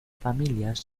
familias